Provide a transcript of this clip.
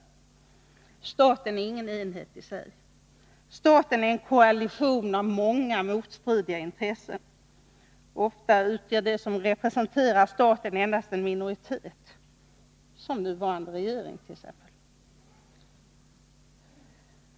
Staten är ingen enhet i sig. Staten är en koalition av många, motstridiga intressen. Ofta utgör de som representerar staten endast en minoritet — som t.ex. den nuvarande regeringen.